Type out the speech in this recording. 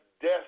death